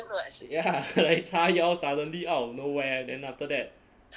ya like 叉腰 suddenly out of nowhere then after that